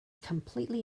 completely